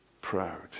proud